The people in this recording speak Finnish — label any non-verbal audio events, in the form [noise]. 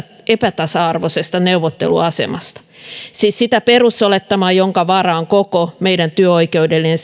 epätasa arvoisesta neuvotteluasemasta siis sitä perusolettamaa jonka varaan koko meidän työoikeudellinen [unintelligible]